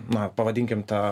na pavadinkim ta